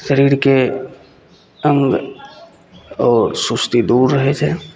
शरीरके अङ्ग आओर सुस्ती दूर रहै छै